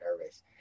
nervous